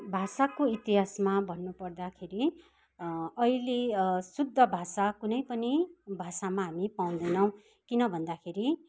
भाषाको इतिहासमा भन्नुपर्दाखेरि अहिले शुद्ध भाषा कुनै पनि भाषामा हामी पाउदैनौँ किनभन्दाखेरि